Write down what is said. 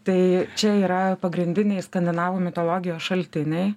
tai čia yra pagrindiniai skandinavų mitologijos šaltiniai